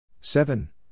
Seven